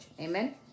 amen